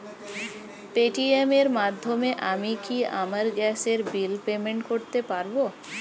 Paytm এর মাধ্যমে আমি কি আমার গ্যাসের বিল পেমেন্ট করতে পারব?